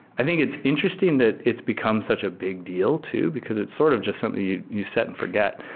i think it's interesting that it's become such a big deal too, because it's sort of just something you you set and forget.